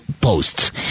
posts